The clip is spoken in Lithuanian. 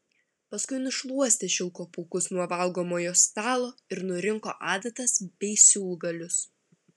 paskui nušluostė šilko pūkus nuo valgomojo stalo ir nurinko adatas bei siūlgalius